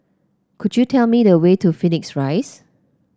could you tell me the way to Phoenix Rise